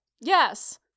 Yes